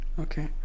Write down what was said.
okay